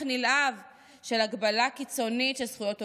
נלהב של הגבלה קיצונית של זכויות עובדים.